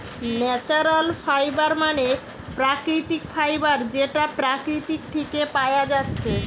natural fibre মানে প্রাকৃতিক fibre যেটা প্রকৃতি থিকে পায়া যাচ্ছে